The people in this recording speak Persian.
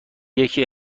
یکی